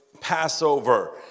Passover